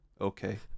okay